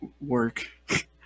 work